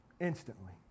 instantly